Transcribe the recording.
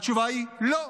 התשובה היא לא.